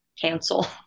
cancel